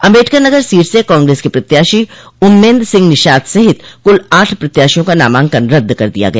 Ambedkar Nagar seat से कांग्रेस के प्रत्याशी उम्मेद सिंह निषाद सहित कुल आठ प्रत्याशियों का नामांकन रद्द कर दिया गया